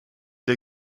der